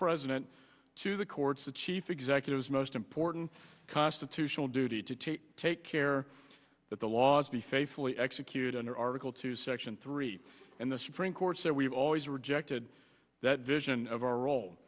president to the courts the chief executive is most important constitutional duty to to take care that the laws be faithfully executed under article two section three and the supreme court so we've always rejected that vision of our role